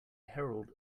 herald